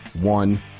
one